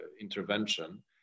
intervention